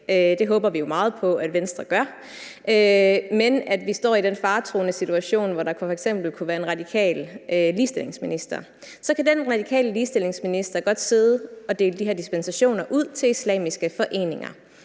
det håber vi jo meget på at Venstre gør – og vi står i den faretruende situation, hvor der f.eks. kunne være en radikal ligestillingsminister, og hvor den radikale ligestillingsminister kunne sidde og dele de her dispensationer ud til islamiske foreninger,